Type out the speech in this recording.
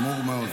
חמור מאוד.